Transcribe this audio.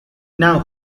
now